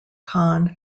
khan